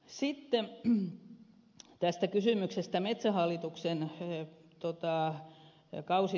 sitten tämä kysymys metsähallituksen kausitöistä